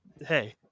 hey